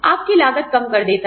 आपकी लागत कम कर देता है